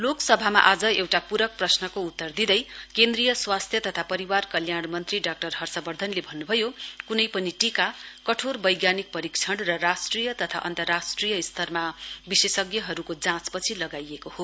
लोकसभामा आज एउटा पुरक प्रश्नको उत्तर दिँदै केन्द्रीय स्वास्थ्य तथा परिवार कल्याण मन्त्री डा हर्षवर्धनले भन्नुभयो कुनै पनि टीका कठोर वैज्ञानिक परीक्षण र राष्ट्रिय तथा अन्तर्राष्ट्रिय स्तरमा विशेषज्ञहरुका जाँचपछि लगाइएको हो